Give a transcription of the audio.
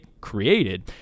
created